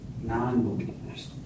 non-believers